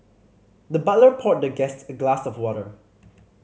the butler poured the guest a glass of water